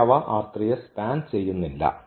പക്ഷേ അവ യെ സ്പാൻ ചെയ്യുന്നില്ല